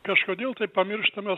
kažkodėl tai pamirštamas